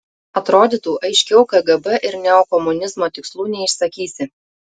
atrodytų aiškiau kgb ir neokomunizmo tikslų neišsakysi